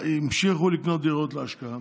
המשיכו לקנות דירות להשקעה,